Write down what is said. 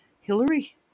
Hillary